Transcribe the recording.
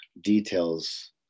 details